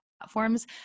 platforms